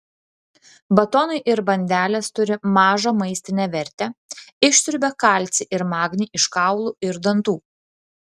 batonai ir bandelės turi mažą maistinę vertę išsiurbia kalcį ir magnį iš kaulų ir dantų